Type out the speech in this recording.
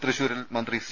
തൃശൂരിൽ മന്ത്രി സി